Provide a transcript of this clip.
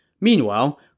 Meanwhile